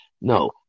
No